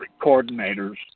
coordinators